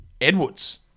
Edwards